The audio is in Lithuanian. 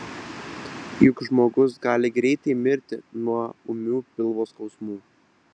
juk žmogus gali greitai mirti nuo ūmių pilvo skausmų